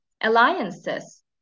alliances